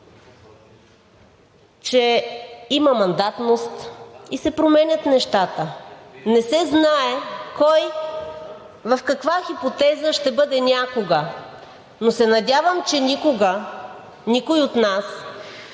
че има мандатност и се променят нещата. Не се знае кой в каква хипотеза ще бъде някога. Но се надявам, че никога никой от нас,